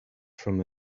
from